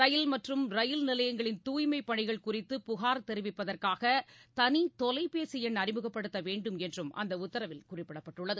ரயில் மற்றும் ரயில் நிலையங்களின் தூய்மைப் பணிகள் குறித்து புகார் தெரிவிப்பதற்காக தனி தொலைபேசி என் அறிமுகப்படுத்த வேண்டும் என்றும் அந்த உத்தரவில் குறிப்பிடப்பட்டுள்ளது